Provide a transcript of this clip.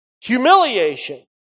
humiliation